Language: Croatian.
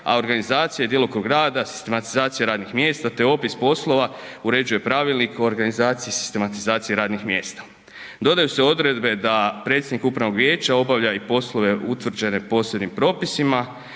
a organizacija i djelokrug rada, sistematizacija radnih mjesta te opis poslova uređuje pravilnik o organizaciji i sistematizaciji radnih mjesta. Dodaju se odredbe da predsjednik upravnog vijeća obavlja i poslove utvrđene posebnim propisima